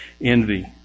envy